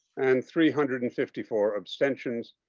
and three hundred and fifty four abstentions.